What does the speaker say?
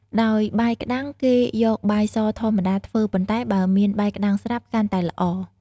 ដោយបាយក្តាំង គេយកបាយសធម្មតាធ្វើ ប៉ុន្តែបើមានបាយក្តាំងស្រាប់កាន់ល្អ។